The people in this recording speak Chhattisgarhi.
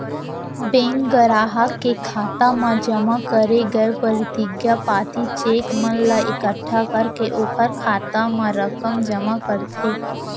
बेंक गराहक के खाता म जमा करे गय परतिगिया पाती, चेक मन ला एकट्ठा करके ओकर खाता म रकम जमा करथे